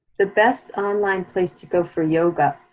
the best online place to go for yoga.